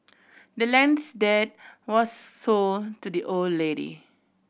the land's deed was sold to the old lady